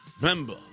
member